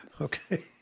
Okay